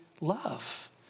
love